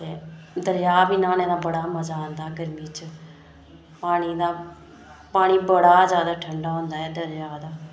ते दरेआ बी बड़ा मज़ा आंदा न्हानै दा गर्मियें च पानी दा पानी बड़ा जादै ठंडा होंदा ऐ दरेआ दा